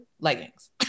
leggings